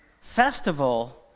festival